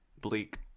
Bleak